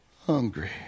hungry